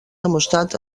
demostrat